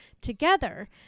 together